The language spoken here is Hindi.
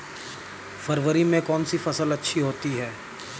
फरवरी में कौन सी फ़सल अच्छी होती है?